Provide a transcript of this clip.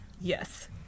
Yes